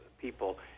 people